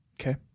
Okay